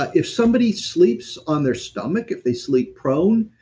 ah if somebody sleeps on their stomach, if they sleep prone,